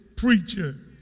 Preacher